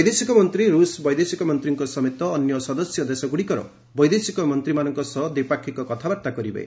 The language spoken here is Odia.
ବୈଦେଶିକ ମନ୍ତ୍ରୀ ରୁଷ ବୈଦେଶିକ ମନ୍ତ୍ରୀଙ୍କ ସମେତ ଅନ୍ୟ ସଦସ୍ୟ ଦେଶଗୁଡ଼ିକର ବୈଦେଶିକ ମନ୍ତ୍ରୀମାନଙ୍କ ସହ ଦ୍ୱିପାକ୍ଷିକ କଥାବାର୍ତ୍ତା କରିବେ